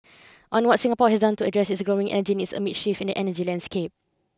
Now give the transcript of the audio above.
on what Singapore has done to address its growing energy needs amid shifts in the energy landscape